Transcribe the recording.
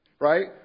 right